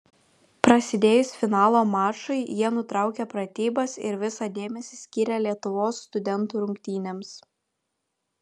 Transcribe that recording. prasidėjus finalo mačui jie nutraukė pratybas ir visą dėmesį skyrė lietuvos studentų rungtynėms